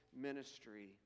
ministry